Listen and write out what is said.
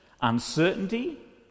uncertainty